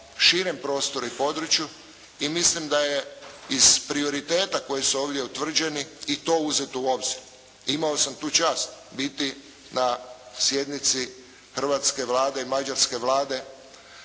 širem prostoru i području. I mislim da je iz prioriteta koji su ovdje utvrđeni i to uzeto u obzir. Imao sam tu čast biti na sjednici hrvatske Vlade i mađarske Vlade